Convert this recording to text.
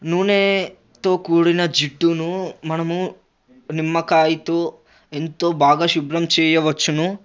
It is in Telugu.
నూనెతో కూడిన జిడ్డును మనము నిమ్మకాయతో ఎంతో బాగా శుభ్రం చేయవచ్చును